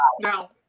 Now